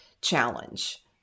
challenge